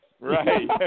Right